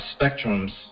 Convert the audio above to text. spectrums